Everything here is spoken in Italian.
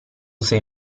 sei